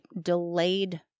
delayed